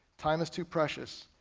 time is too precious.